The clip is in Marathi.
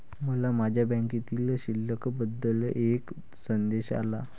मला माझ्या बँकेतील शिल्लक बद्दल एक संदेश आला